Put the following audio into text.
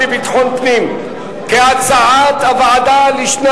סיעת בל"ד, חבר